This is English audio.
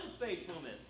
unfaithfulness